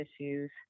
issues